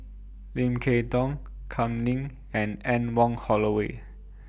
Lim Kay Tong Kam Ning and Anne Wong Holloway